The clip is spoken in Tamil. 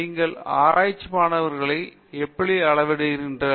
நீங்கள் ஆராய்ச்சி மாணவர்களை எப்படி அளவிடுவீர்கள்